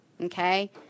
Okay